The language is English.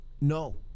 No